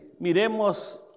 Miremos